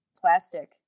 plastic